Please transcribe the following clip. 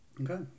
Okay